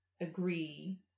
agree